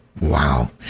Wow